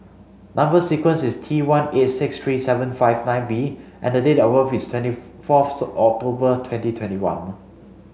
number sequence is T one eight six three seven five nine V and date of birth is twenty fourth October twenty twenty one